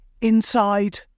Inside